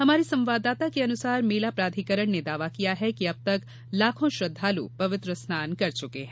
हमारे संवाददाता के अनुसार मेला प्राधिकरण ने दावा किया है कि अब तक लाखों श्रद्दालु पवित्र स्नान कर चुके हैं